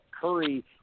Curry